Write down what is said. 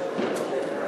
בבקשה.